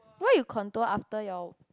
why you contour after your